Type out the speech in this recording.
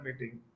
meeting